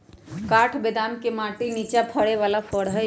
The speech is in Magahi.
काठ बेदाम माटि के निचा फ़रे बला फ़र हइ